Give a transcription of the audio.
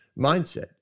mindset